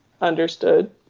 understood